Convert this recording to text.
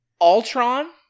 Ultron